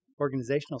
organizational